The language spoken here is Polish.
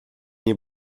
nie